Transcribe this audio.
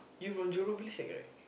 you from Jurong-Ville-Sec right